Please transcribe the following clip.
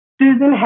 Susan